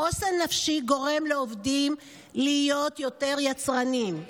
חוסן נפשי גורם לעובדים להיות יותר יצרניים דבי,